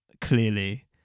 clearly